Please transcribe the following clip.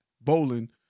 bowling